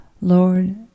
Lord